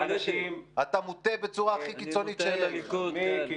אתה מוטה בצורה הכי קיצונית שיש -- מיקי.